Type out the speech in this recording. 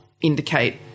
indicate